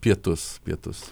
pietus pietus